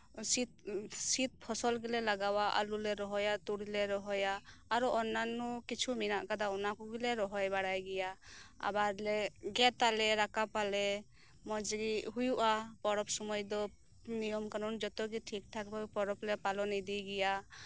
ᱥᱤᱛ ᱥᱤᱛ ᱯᱷᱚᱥᱚᱞ ᱜᱮᱞᱮ ᱞᱟᱜᱟᱣᱟ ᱟᱹᱞᱩ ᱞᱮ ᱨᱚᱦᱚᱭᱟ ᱛᱩᱲᱤ ᱞᱮ ᱨᱚᱦᱚᱭᱟ ᱟᱨᱚ ᱚᱱᱱᱟᱱᱚ ᱠᱤᱪᱷᱩ ᱢᱮᱱᱟᱜ ᱠᱟᱫᱟ ᱚᱱᱟ ᱠᱚᱜᱮᱞᱮ ᱨᱚᱦᱚᱭ ᱵᱟᱲᱟᱭ ᱜᱮᱭᱟ ᱟᱵᱟᱨ ᱞᱮ ᱜᱮᱛ ᱟᱞᱮ ᱨᱟᱠᱟᱵᱽ ᱟᱞᱮ ᱢᱚᱸᱡᱜᱮ ᱦᱩᱭᱩᱜᱼᱟ ᱯᱚᱨᱚᱵᱽ ᱥᱚᱢᱚᱭ ᱫᱚ ᱴᱷᱤᱠ ᱴᱷᱟᱠ ᱥᱚᱢᱚᱭ ᱫᱷᱚᱨᱮ ᱯᱚᱨᱚᱵᱽ ᱞᱮ ᱯᱟᱨᱚᱢ ᱤᱫᱤᱭ ᱜᱮᱭᱟ